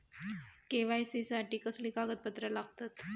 KYC साठी कसली कागदपत्र लागतत?